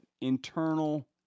internal